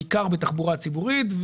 בעיקר בתחבורה ציבורית,